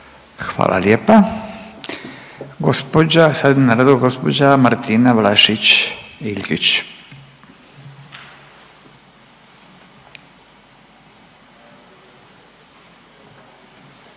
Hvala lijepa. Sada je na redu gospođa Martina Vlašić Iljkić. Izvolite.